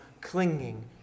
clinging